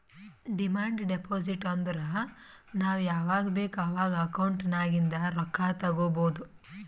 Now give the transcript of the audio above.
demand deposit ಅಂದುರ್ ನಾವ್ ಯಾವಾಗ್ ಬೇಕ್ ಅವಾಗ್ ಅಕೌಂಟ್ ನಾಗಿಂದ್ ರೊಕ್ಕಾ ತಗೊಬೋದ್